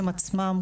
הם עצמם,